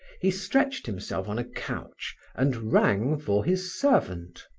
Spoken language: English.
he stretched himself on a couch and rang for his servant.